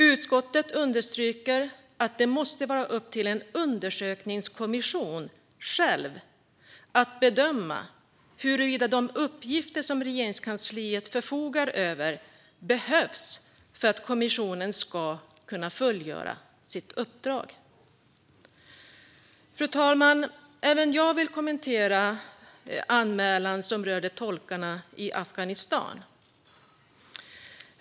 Utskottet understryker att det måste vara upp till en undersökningskommission själv att bedöma huruvida de uppgifter som Regeringskansliet förfogar över behövs för att kommissionen ska kunna fullgöra sitt uppdrag. Fru talman! Även jag vill kommentera anmälan som rör tolkarna i Afghanistan.